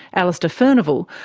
alastair furnival,